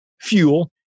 fuel